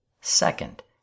Second